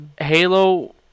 Halo